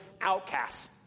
Outcasts